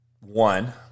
one